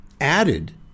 added